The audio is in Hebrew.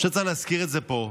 צריך להזכיר את זה פה,